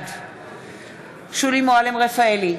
בעד שולי מועלם-רפאלי,